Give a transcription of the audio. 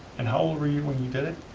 and how old were you when you did it?